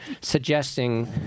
suggesting